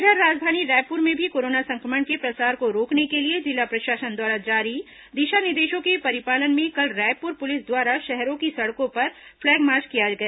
इधर राजधानी रायपुर में भी कोरोना संक्रमण के प्रसार को रोकने के लिए जिला प्रशासन द्वारा जारी दिशा निर्देशों के परिपालन में कल रायपुर पुलिस द्वारा शहरों की सड़कों पर फ्लैग मार्च किया गया